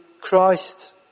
Christ